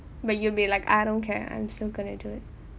but you will be like I don't care I'm still gonna do it